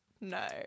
No